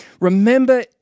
remember